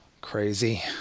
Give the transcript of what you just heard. Crazy